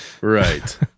Right